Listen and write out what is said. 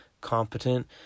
competent